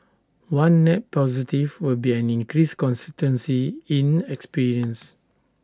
one net positive will be an increased consistency in experience